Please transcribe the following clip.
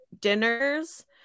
dinners